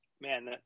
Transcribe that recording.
man